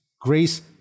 grace